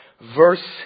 verse